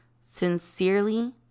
Sincerely